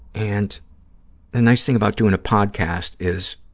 and the nice thing about doing a podcast is